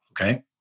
Okay